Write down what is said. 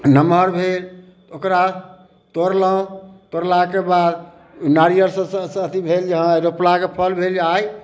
नमहर भेल तऽ ओकरा तोड़लहुँ तोड़लाके बाद ओ नारियारसँ अथी भेल जे जहाँ रोपलाके फल भेल जे आइ